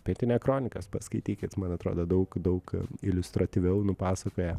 pietinia kronikas paskaitykit man atrodo daug daug iliustratyviau nupasakoja